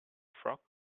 frock